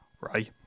right